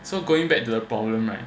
so going back to the problem right